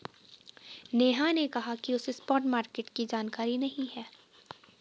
नेहा ने कहा कि उसे स्पॉट मार्केट की जानकारी नहीं है